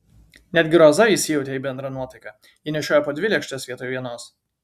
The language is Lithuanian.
netgi roza įsijautė į bendrą nuotaiką ji nešiojo po dvi lėkštes vietoj vienos